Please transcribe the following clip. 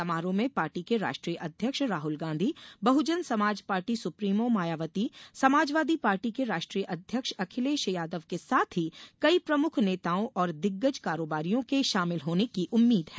समारोह में पार्टी के राष्ट्रीय अध्यक्ष Rahul Gandhi Bahujan Samaj Party supremo Mayawati Samajwadi Party के राष्ट्रीय अध्यक्ष अखिलेश यादव के साथ ही कई प्रमुख नेताओं और दिग्गज कारोबारियों के शामिल होने की उम्मीद है